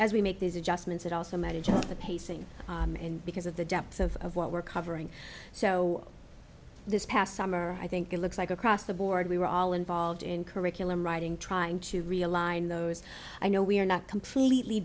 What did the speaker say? as we make these adjustments it also matters of pacing because of the depths of what we're covering so this past summer i think it looks like across the board we were all involved in curriculum writing trying to realign those i know we are not completely